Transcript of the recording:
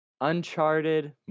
Uncharted